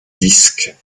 disques